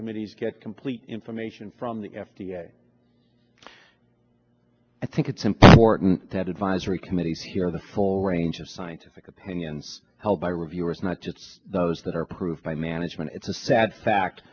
committees get complete information from the f d a i think it's important that advisory committees hear the full range of scientific opinions held by reviewers not just those that are approved by management it's a sad fact